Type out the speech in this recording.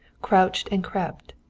crouched and crept.